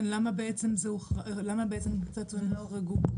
למה הצעצועים לא הוחרגו?